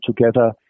together